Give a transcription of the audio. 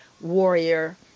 warrior